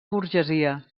burgesia